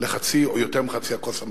לחצי או יותר מחצי הכוס המלאה.